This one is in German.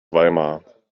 weimar